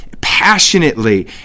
passionately